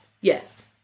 Yes